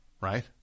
right